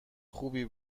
خوبی